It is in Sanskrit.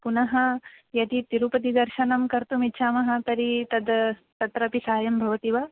पुनः यदि तिरुपतिदर्शनं कर्तुमिच्छामः तर्हि तद् तत्रापि सायं भवति वा